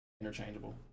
Interchangeable